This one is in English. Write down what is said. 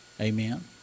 Amen